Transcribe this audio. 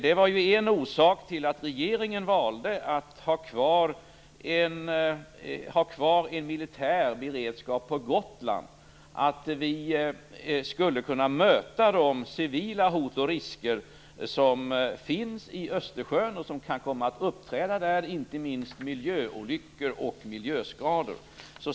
Det var en orsak till att regeringen valde att ha kvar en militär beredskap på Gotland att vi skulle kunna möta de civila hot och risker som finns i Östersjön och som kan komma att uppträda där. Inte minst gäller det miljöolyckor och miljöskador.